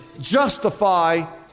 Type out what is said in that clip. justify